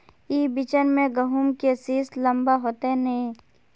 ई बिचन में गहुम के सीस लम्बा होते नय?